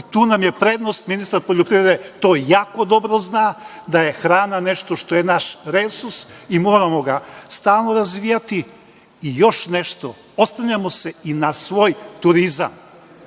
i tu nam je prednost, ministar poljoprivrede to jako dobro zna, da je hrana nešto što je naš resurs i moramo ga stalno razvijati. Još nešto, oslanjamo se i na svoj turizam,